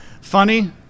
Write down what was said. Funny